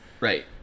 Right